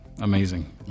amazing